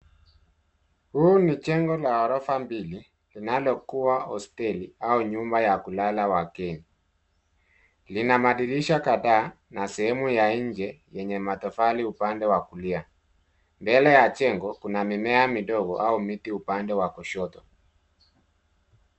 Huu ni jengo la orofa mbili linalokuwa hosteli au nyumba ya kulala wageni. Lina madirisha kadhaa na sehemu ya nje, yenye matofali upande wa kulia. Mbele ya jengo, kuna mimea midogo au miti upande wa kushoto.